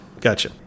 Gotcha